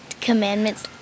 Commandments